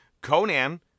Conan